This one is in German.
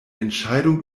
entscheidung